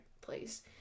please